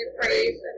praise